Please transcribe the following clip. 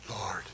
Lord